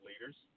leaders